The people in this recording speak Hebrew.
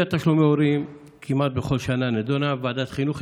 סוגיית תשלומי הורים כמעט בכל שנה נדונה בוועדת חינוך,